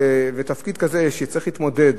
ותפקיד כזה, שיצטרך להתמודד